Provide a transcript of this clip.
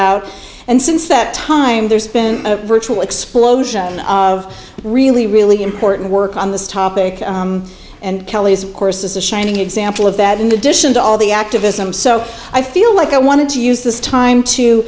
out and since that time there's been a virtual explosion of really really important work on this topic and kelly's of course is a shining example of that in addition to all the activism so i feel like i wanted to use this time to